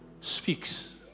speaks